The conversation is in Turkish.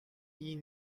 iyi